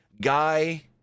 guy